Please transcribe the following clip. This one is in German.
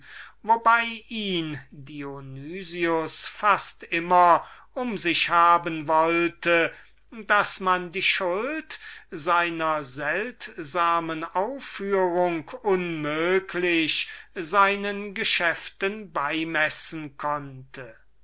fast immer um sich haben wollte daß man die schuld seiner seltsamen aufführung unmöglich seinen geschäften beimessen konnte